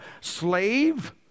slave